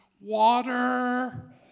water